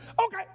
okay